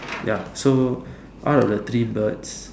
ya so out of the three birds